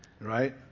Right